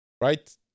Right